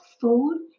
food